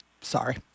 Sorry